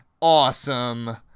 awesome